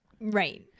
Right